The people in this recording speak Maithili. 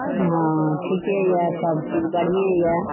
हँ ठीके यऽ सब चीज बढ़ियें यऽ